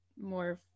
more